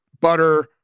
butter